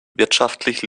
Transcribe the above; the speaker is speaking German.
wirtschaftlich